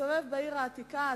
תסתובב בעיר העתיקה,